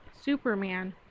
Superman